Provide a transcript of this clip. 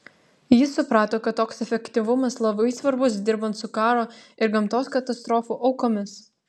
jis suprato kad toks efektyvumas labai svarbus dirbant su karo ir gamtos katastrofų aukomis